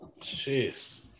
Jeez